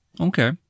okay